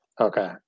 Okay